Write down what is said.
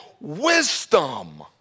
wisdom